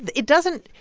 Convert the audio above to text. it doesn't.